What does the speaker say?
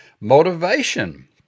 motivation